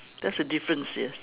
that's the difference yes